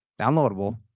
Downloadable